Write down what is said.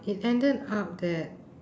it ended up that